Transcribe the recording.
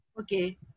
okay